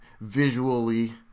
Visually